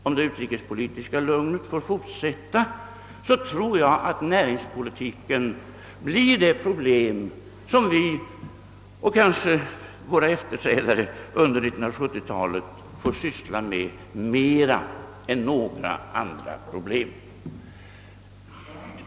Om det utrikespolitiska lugnet får fortsätta, räknar jag med att näringspolitiken blir det problem som vi — och kanske våra efterträdare under 1970 talet! — får ägna större uppmärksamhet än några andra frågor.